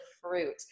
fruit